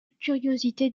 curiosité